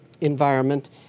environment